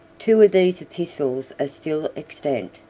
two of these epistles are still extant.